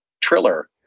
Triller